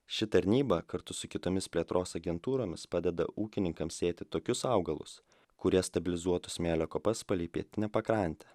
ši tarnyba kartu su kitomis plėtros agentūromis padeda ūkininkams sėti tokius augalus kurie stabilizuotų smėlio kopas palei pietinę pakrantę